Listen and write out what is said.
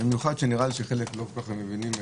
במיוחד שנראה לי שחלק לא מבינים.